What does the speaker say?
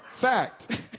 Fact